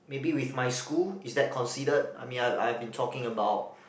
maybe with my school is that considered I mean I have been talking about